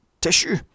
tissue